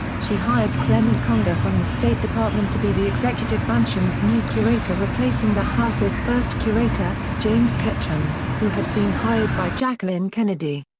she hired clement conger from the state department to be the executive mansion's new curator replacing the house's first curator, james ketchum, who had been hired by jacqueline kennedy.